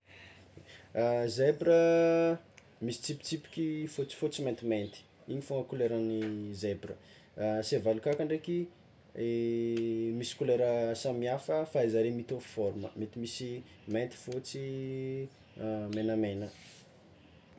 Zebra misy tsipitsipiky fotsifotsy maintimainty, igny fogna koleran'ny zebra, sevaly kaka ndraiky misy kolera samihafa fa zareo mitovy forma mety misy mainty fotsy menamena.